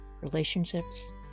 relationships